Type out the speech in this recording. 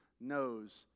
knows